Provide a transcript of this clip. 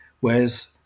whereas